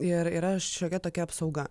ir yra šiokia tokia apsauga